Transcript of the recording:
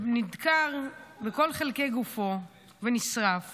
שנדקר בכל חלקי גופו ונשרף